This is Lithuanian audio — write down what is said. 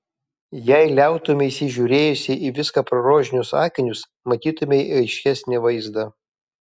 jei liautumeisi žiūrėjusi į viską pro rožinius akinius matytumei aiškesnį vaizdą